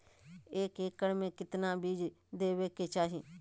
एक एकड़ मे केतना बीज देवे के चाहि?